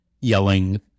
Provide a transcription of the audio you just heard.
yelling